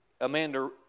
Amanda